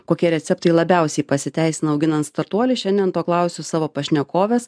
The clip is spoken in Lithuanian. kokie receptai labiausiai pasiteisino auginant startuolį šiandien to klausiu savo pašnekovės